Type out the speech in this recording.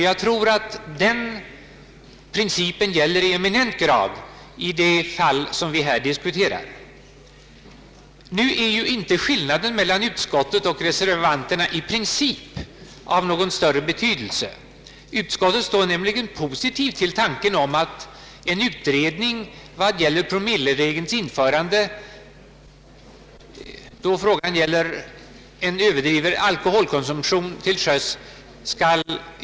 Jag tror att den principen i eminent grad gäller i det fall vi nu diskuterar. Nu är inte skillnaden i uppfattning mellan utskottet och reservanterna så stor. Utskottet står nämligen positivt till tanken att en utredning skall göras vad gäller promilleregelns införande vid överdriven alkoholkonsumtion till sjöss.